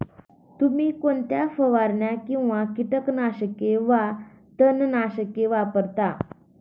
तुम्ही कोणत्या फवारण्या किंवा कीटकनाशके वा तणनाशके वापरता?